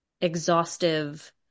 exhaustive